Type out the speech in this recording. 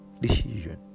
decision